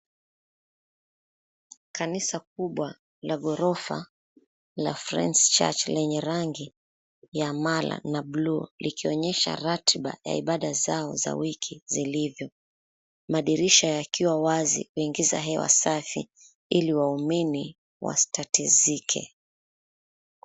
Kanisa kubwa la ghorofa la friends church lenye rangi ya mala na bluu, likionyesha ratiba ya ibada zao za wiki zilivyo. Madirisha yakiwa wazi kuingiza hewa safi ili waumini wasitatizike.